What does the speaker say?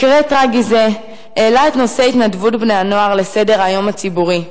מקרה טרגי זה העלה את נושא התנדבות בני-הנוער לסדר-היום הציבורי.